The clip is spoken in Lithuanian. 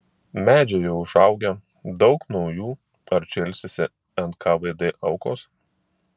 medžiai jau užaugę daug naujų ar čia ilsisi nkvd aukos